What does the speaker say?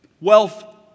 wealth